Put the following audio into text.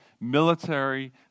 military